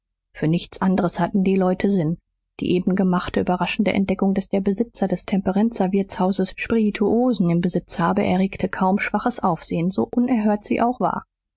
für nichts anderes hatten die leute sinn die eben gemachte überraschende entdeckung daß der besitzer des temperenzler wirtshauses spirituosen im besitz habe erregte kaum schwaches aufsehen so unerhört sie auch war